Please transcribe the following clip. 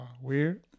Weird